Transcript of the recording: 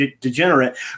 degenerate